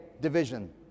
division